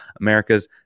america's